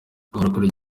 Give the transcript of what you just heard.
bakurikirana